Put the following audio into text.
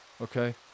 Okay